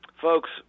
folks